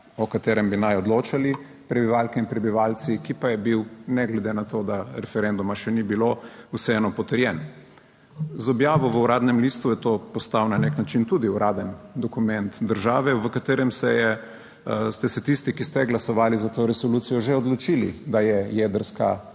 o katerem bi naj odločali prebivalke in prebivalci, ki pa je bil ne glede na to, da referenduma še ni bilo, vseeno potrjen. Z objavo v Uradnem listu, je to postal na nek način tudi uraden dokument države, v katerem ste se tisti, ki ste glasovali za to resolucijo, že odločili, da je jedrska oziroma